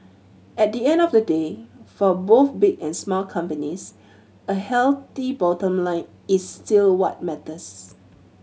at the end of the day for both big and small companies a healthy bottom line is still what matters